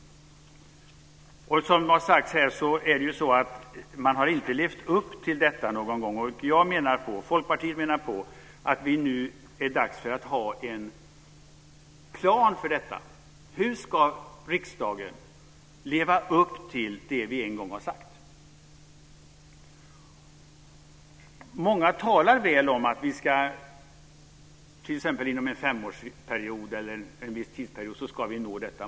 Man har inte någon gång levt upp till detta mål. Folkpartiet anser att det nu är dags att ha en plan för hur riksdagen ska leva upp till det som en gång har sagts. Många talar väl om att vi ska nå detta mål inom en viss tidsperiod.